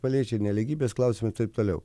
paliečia nelygybės klausimai ir taip toliau